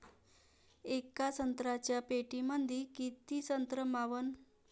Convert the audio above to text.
येका संत्र्याच्या पेटीमंदी किती संत्र मावन?